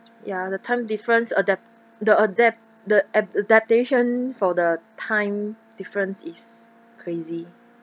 ya the time difference adapt the adapt the adaptation for the time difference is crazy